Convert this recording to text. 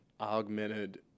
Augmented